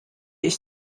ich